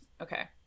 okay